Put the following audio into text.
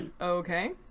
okay